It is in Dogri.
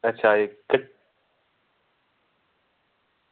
अच्छा